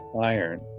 iron